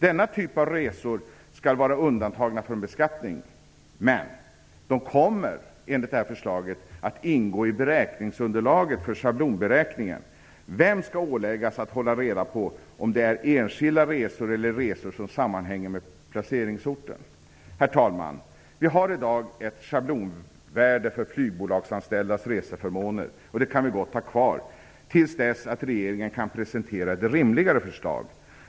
Denna typ av resor skall vara undantagna från beskattning. Men de kommer enligt detta förslag att ingå i beräkningsunderlaget för schablonberäkningen. Vem skall åläggas att hålla reda på om det är fråga om enskilda resor, eller resor som sammanhänger med placeringsorten? Herr talman! Vi har i dag ett schablonvärde för de flygbolagsanställdas reseförmåner. Vi kan gott ha kvar det till dess att regeringen kan presentera ett rimligare förslag.